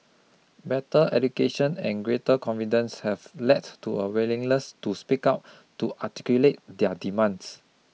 better education and greater confidence have led to a willingness to speak out to articulate their demands